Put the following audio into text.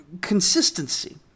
consistency